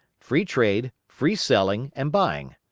free trade, free selling and buying.